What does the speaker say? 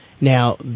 Now